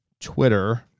twitter